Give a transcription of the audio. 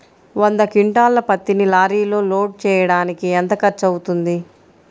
వంద క్వింటాళ్ల పత్తిని లారీలో లోడ్ చేయడానికి ఎంత ఖర్చవుతుంది?